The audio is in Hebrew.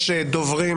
יש דוברים